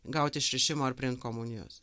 gaut išrišimo ar priimt komunijos